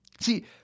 See